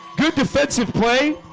good defensive play